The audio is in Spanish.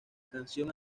canción